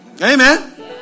Amen